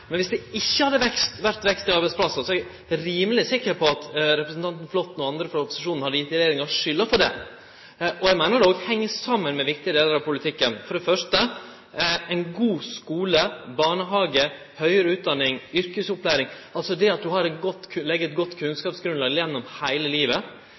men viss det ikkje hadde vore vekst i talet på arbeidsplassar, er eg rimeleg sikker på at representanten Flåtten og andre frå opposisjonen hadde gitt regjeringa skulda for det. Eg meiner at det òg heng saman med viktige delar av politikken. For det første: Ein god skule, barnehage, høgare utdanning, yrkesopplæring – altså det at ein legg eit godt kunnskapsgrunnlag gjennom heile livet.